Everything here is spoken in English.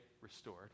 restored